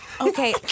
Okay